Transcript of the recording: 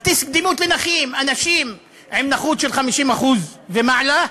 אנשים עם נכות של 50% ומעלה,